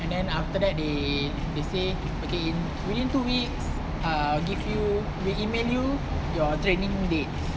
and then after that they say okay within two weeks ah give you we will email you your training dates